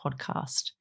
podcast